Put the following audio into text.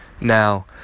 Now